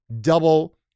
double